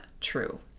true